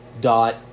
dot